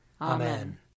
Amen